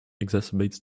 exacerbates